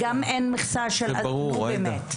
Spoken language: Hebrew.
עאידה, זה ברור.